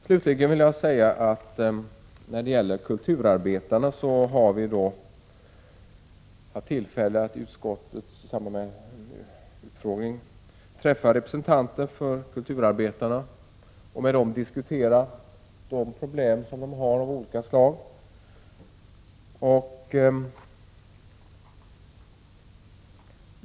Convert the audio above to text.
Slutligen vill jag säga att utskottet har haft tillfälle att i samband med utfrågning träffa representanter för kulturarbetarna och med dem diskutera deras problem.